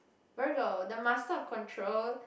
Virgo the master of control